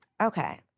Okay